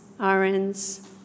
RNs